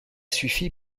suffi